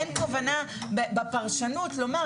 אין כוונה בפרשנות לומר,